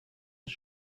ist